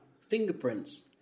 fingerprints